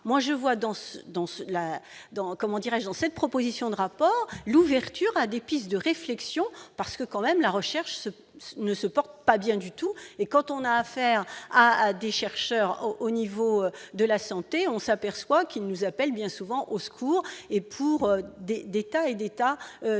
dirais-je dans cette proposition de rapport l'ouverture à des pistes de réflexion parce que quand même la recherche ce ne se porte pas bien du tout, et quand on a affaire à des chercheurs, au niveau de la santé, on s'aperçoit qu'il nous appelle, bien souvent au secours et pour aider des tas et des tas de, de,